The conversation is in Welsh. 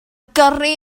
gyrru